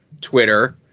Twitter